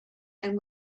and